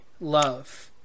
love